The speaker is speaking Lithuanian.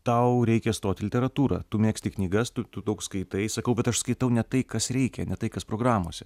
tau reikia stot į literatūrą tu mėgsti knygas tu tu daug skaitai sakau bet aš skaitau ne tai kas reikia ne tai kas programose